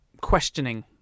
questioning